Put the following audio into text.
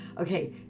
Okay